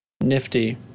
Nifty